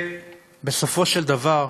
בסופו של דבר,